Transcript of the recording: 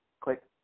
click